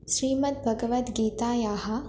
श्रीमद्भगवद्गीतायाः